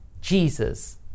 Jesus